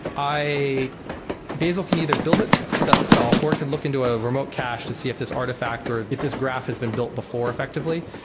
bazel can either build it so itself or it could look into ah remote cache to see if this artifact or if if this graph has been built before effectively.